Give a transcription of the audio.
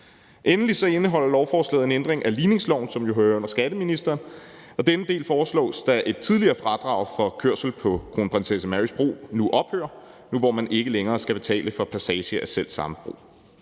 Endelig indeholder lovforslaget en ændring af ligningsloven, som jo hører under skatteministeren, og i denne del foreslås det, at et tidligere fradrag for kørsel på Kronprinsesse Marys Bro ophører nu, hvor man ikke længere skal betale for passage af selv samme bro.